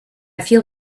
feel